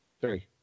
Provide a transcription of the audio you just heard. Three